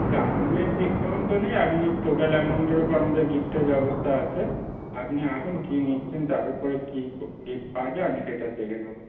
দামের ডিসকাউন্ট তো নেই আপনি টোটাল অ্যামাউন্টের ওপর আমাদের গিফটের ব্যবস্থা আছে আপনি আসুন কী নিচ্ছেন তার ওপর কী গিফট পাওয়া যায় আমি সেটা দেখে নোবো